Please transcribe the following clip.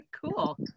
cool